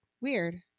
Weird